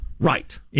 Right